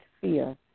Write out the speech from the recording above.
fear